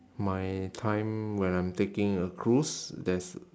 my time when I am taking a cruise there's